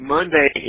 Monday